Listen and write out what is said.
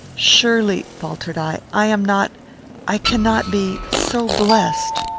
surely, faltered i, i am not i cannot be so blessed.